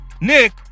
Nick